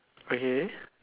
okay